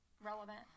relevant